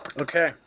Okay